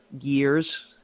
years